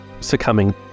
succumbing